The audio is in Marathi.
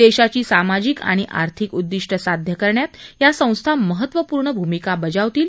देशाची सामाजिक आणि आर्थिक उद्दिष्ट साध्य करण्यात या संस्था महत्त्वपूर्ण भूमिका बजावतील